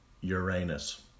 Uranus